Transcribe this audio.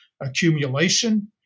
accumulation